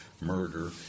murder